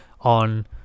on